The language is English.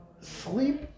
Sleep